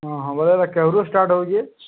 ବେଲେ କେଭ୍ରୁ ଷ୍ଟାର୍ଟ ହେଉଛେ